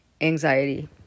anxiety